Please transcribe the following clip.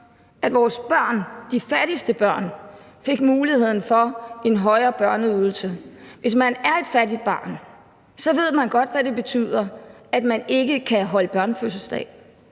at vores børn, de fattigste børn fik muligheden for en højere børneydelse. Hvis man er et fattigt barn, ved man godt, hvad det betyder, at man ikke kan holde børnefødselsdag,